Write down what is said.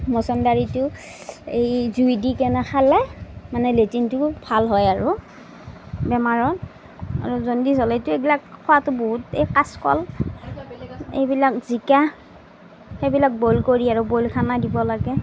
মছন্দৰীটো এই জুই দি কেনে খালে মানে লেটিনটো ভাল হয় আৰু বেমাৰৰ আৰু জণ্ডিচ হ'লেতো এইবিলাক খোৱাটো এই কাঁচকল এইবিলাক জিকা সেইবিলাক বইল কৰি আৰু বইল খানা দিব লাগে